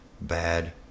Bad